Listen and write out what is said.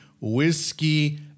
whiskey